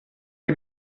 che